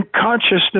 consciousness